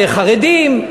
חרדים,